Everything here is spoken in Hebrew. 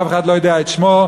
שאף אחד לא יודע את שמו,